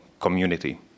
community